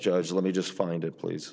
judge let me just find it please